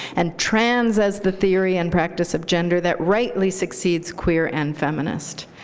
and trans as the theory and practice of gender that rightly succeeds queer and feminist.